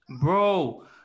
bro